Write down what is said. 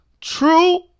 True